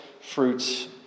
fruits